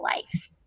life